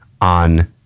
on